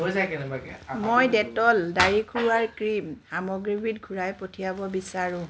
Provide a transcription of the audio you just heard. মই ডেটল দাঢ়ি খুৰোৱাৰ ক্ৰীম সামগ্ৰীবিধ ঘূৰাই পঠিয়াব বিচাৰোঁ